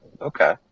Okay